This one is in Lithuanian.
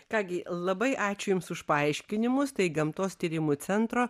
ką gi labai ačiū jums už paaiškinimus tai gamtos tyrimų centro